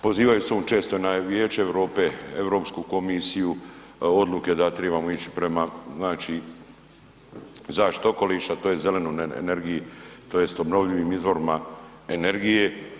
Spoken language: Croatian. Poziva se on često na Vijeće Europe, Europsku komisiju, odluke da tribamo ići prema znači zaštiti okoliša tj zelenoj energiji tj. obnovljivim izvorima energije.